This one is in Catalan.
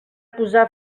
posar